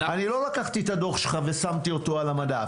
אני לא לקחתי את הדוח שלך ושמתי אותו על המדף.